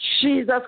Jesus